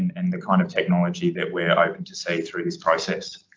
and and the kind of technology that we're open to say through this process.